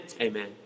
Amen